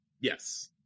Yes